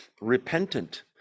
Repentant